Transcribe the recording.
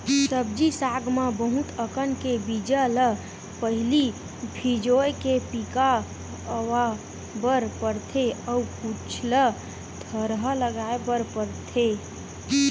सब्जी साग म बहुत अकन के बीजा ल पहिली भिंजोय के पिका अवा बर परथे अउ कुछ ल थरहा लगाए बर परथेये